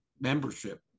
membership